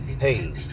Hey